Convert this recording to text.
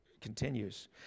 continues